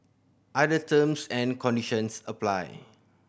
other terms and conditions apply